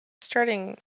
starting